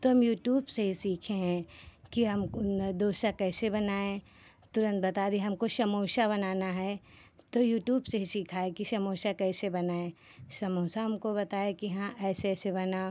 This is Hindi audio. तो हम यूट्यूब से ही सीखे हैं कि हम डोसा कैसे बनाएँ तुरन्त बता दिए हमको समोसा बनाना है तो यूट्यूब से ही सीखा है कि समोसा कैसे बनाएँ समोसा हमको बताए कि हाँ ऐसे ऐसे बनाओ